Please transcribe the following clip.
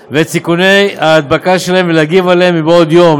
סיכוני ההדבקה שלהם, ולהגיב עליהם מבעוד יום.